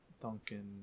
Duncan